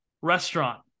restaurant